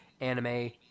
Anime